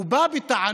הוא בא בטענות